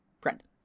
Brendan